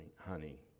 honey